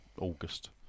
August